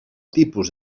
tipus